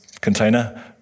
container